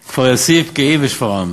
כפר-יאסיף, פקיעין ושפרעם.